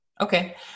okay